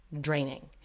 draining